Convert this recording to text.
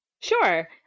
Sure